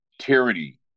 tyranny